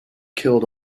killed